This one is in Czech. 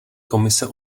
komise